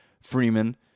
Freeman